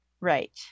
right